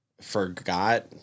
forgot